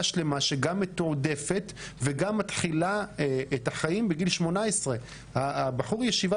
שלמה שגם מתועדפת וגם מתחילה את החיים בגיל 18. בחור הישיבה